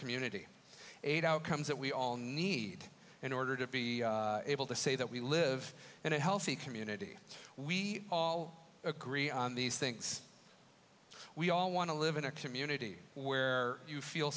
community eight outcomes that we all need in order to be able to say that we live in a healthy community we all agree on these things we all want to live in a community where you feel